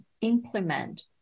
implement